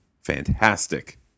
fantastic